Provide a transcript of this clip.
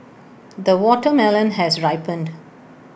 the watermelon has ripened